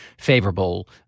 favorable